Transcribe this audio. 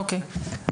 אוקיי.